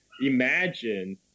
imagine